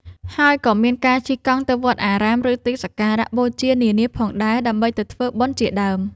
ហើយក៏មានការជិះកង់ទៅវត្តអារាម ឬទីសក្ការៈបូជានានាផងដែរ ដើម្បីទៅធ្វើបុណ្យជាដើម។